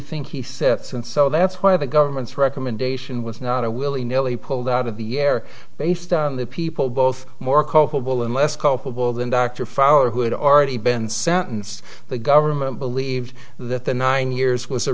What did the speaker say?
think he sets and so that's why the government's recommendation was not to willy nilly pulled out of the air based on the people both more culpable and less culpable than dr fowler who had already been sentenced the government believes that the nine years was a